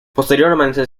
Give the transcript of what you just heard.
posteriormente